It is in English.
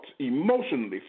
emotionally